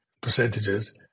percentages